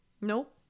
nope